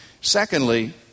Secondly